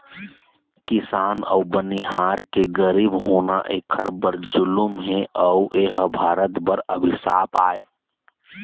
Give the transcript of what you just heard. किसान अउ बनिहार के गरीब होना एखर बर जुलुम हे अउ एह भारत बर अभिसाप आय